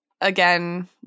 again